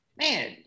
man